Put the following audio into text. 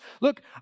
Look